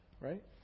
right